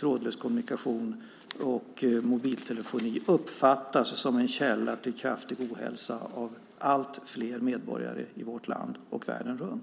trådlös kommunikation och mobiltelefoni uppfattas som en källa till kraftig ohälsa av allt fler medborgare i vårt land och världen runt.